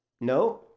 No